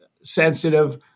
sensitive